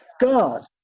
God